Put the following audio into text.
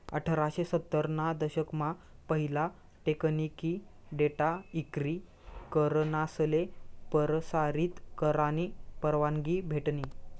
अठराशे सत्तर ना दशक मा पहिला टेकनिकी डेटा इक्री करनासले परसारीत करानी परवानगी भेटनी